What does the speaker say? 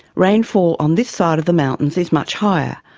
rainfall on this side of the mountains is much higher,